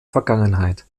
vergangenheit